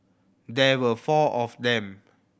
there were four of them